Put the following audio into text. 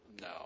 No